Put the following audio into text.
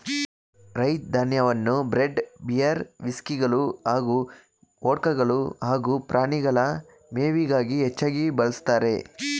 ರೈ ಧಾನ್ಯವನ್ನು bread beer ವಿಸ್ಕಿಗಳು ಹಾಗೂ ವೊಡ್ಕಗಳು ಹಾಗೂ ಪ್ರಾಣಿಗಳ ಮೇವಿಗಾಗಿ ಹೆಚ್ಚಾಗಿ ಬಳಸ್ತಾರೆ